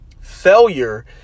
failure